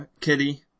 Kitty